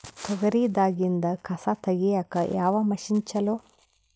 ತೊಗರಿ ದಾಗಿಂದ ಕಸಾ ತಗಿಯಕ ಯಾವ ಮಷಿನ್ ಚಲೋ?